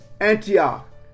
Antioch